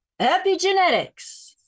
Epigenetics